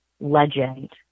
legend